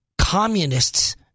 Communists